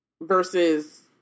Versus